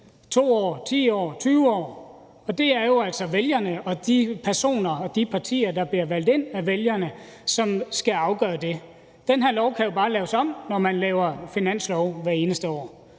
2 år, 10 år, 20 år. Og det er jo altså vælgerne og de personer og de partier, der bliver valgt ind af vælgerne, som skal afgøre det. Den her lov kan jo bare laves om, når man laver finanslov hvert eneste år.